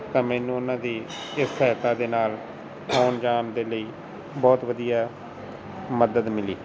ਤਾਂ ਮੈਨੂੰ ਉਹਨਾਂ ਦੀ ਇਸ ਸਹਾਇਤਾ ਦੇ ਨਾਲ ਆਉਣ ਜਾਣ ਦੇ ਲਈ ਬਹੁਤ ਵਧੀਆ ਮਦਦ ਮਿਲੀ